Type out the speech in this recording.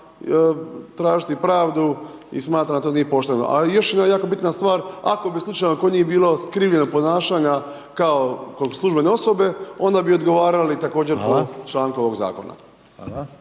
tražiti pravdu i smatra, da to nije pošteno. A još jedna jako bitna stvar, ako bi slučajno kod njih bilo iskrivljenog ponašanja kao kod službene osobe, onda bi odgovarali također po članku ovog zakona.